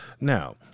Now